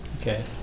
Okay